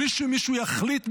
בלי שמישהו יחליט בשבילם,